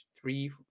three